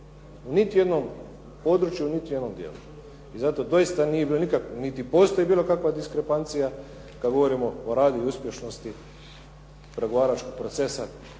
niti u jednom području, niti u jednom dijelu. I zato doista, niti je bilo nikakvog, niti postoji bilo kakva diskrepancija kada govorimo o radu i uspješnosti pregovaračkog procesa,